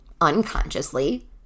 unconsciously